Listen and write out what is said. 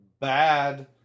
bad